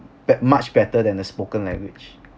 bet~ much better than the spoken language